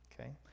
Okay